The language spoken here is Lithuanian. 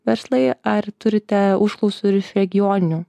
verslai ar turite užklausų ir iš regioninių